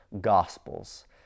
Gospels